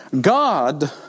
God